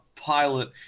pilot